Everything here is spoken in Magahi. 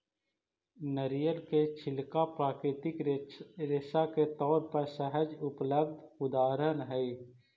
नरियर के छिलका प्राकृतिक रेशा के तौर पर सहज उपलब्ध उदाहरण हई